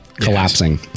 collapsing